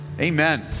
amen